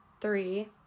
Three